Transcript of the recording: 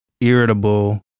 irritable